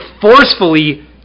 forcefully